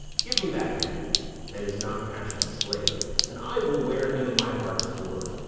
give me that man that is not passion's slave, and i will wear him in my heart's core,